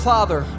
Father